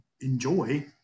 enjoy